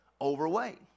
overweight